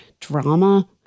drama